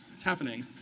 it's happening.